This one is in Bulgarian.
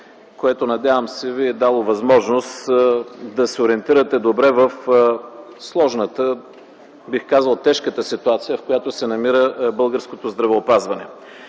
което, надявам се, Ви е дало възможност да се ориентирате добре в сложната, бих казал, тежката ситуация, в която се намира българското здравеопазване.